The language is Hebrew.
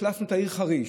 אכלסנו את העיר חריש.